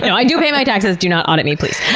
i do pay my taxes. do not audit me please.